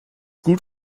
gut